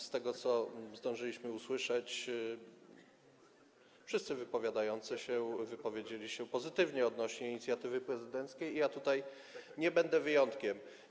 Z tego, co zdążyliśmy usłyszeć, wynika, że wszyscy wypowiadający się wypowiedzieli się pozytywnie odnośnie do inicjatywy prezydenckiej, i ja tutaj nie będę wyjątkiem.